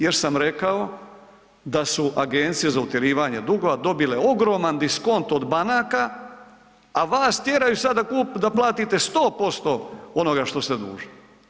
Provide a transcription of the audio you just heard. Jer sam rekao da su agencije za utjerivanje dugova dobile ogroman diskont od banaka, a vas tjeraju sad da platite 100% onoga što ste dužni.